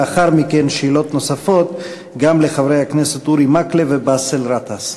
לאחר מכן שאלות נוספות גם לחברי הכנסת אורי מקלב ובאסל גטאס.